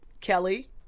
Kelly